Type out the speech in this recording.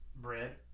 bread